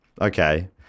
Okay